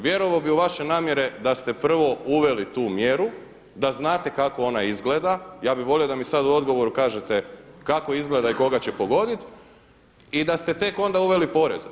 Vjerovao bi u vaše namjere da ste prvo uveli tu mjeru, da znate kako ona izgleda, ja bih volio da mi sada u odgovoru kažete kako izgleda i koga će pogoditi i da ste tek onda uveli porez.